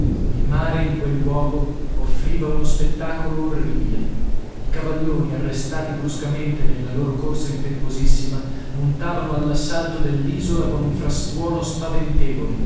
il mare in quel luogo offriva uno spettacolo orribile i cavalloni arrestati bruscamente nella loro corsa impetuosissima montavano all'assalto dell'isola con un frastuono